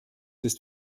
ist